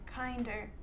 kinder